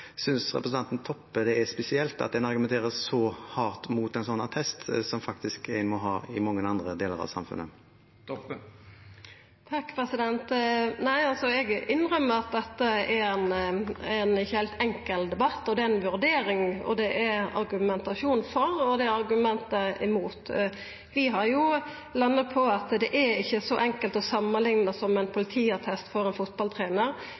Synes representanten Toppe det er spesielt at en argumenterer så hardt mot en slik attest, som en faktisk må ha i mange andre deler av samfunnet? Eg innrømmer at dette er ein ikkje heilt enkel debatt. Det er ei vurdering – det er argument for, og det er argument imot. Vi har landa på at det ikkje er så enkelt som å samanlikna med ein politiattest for